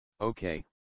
okay